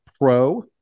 pro